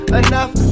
enough